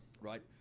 Right